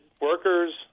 workers